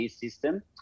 system